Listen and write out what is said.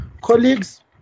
colleagues